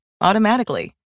automatically